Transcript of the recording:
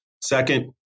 Second